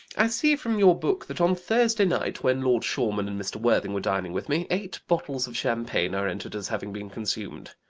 i see from your book that on thursday night, when lord shoreman and mr. worthing were dining with me, eight bottles of champagne are entered as having been consumed.